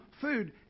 food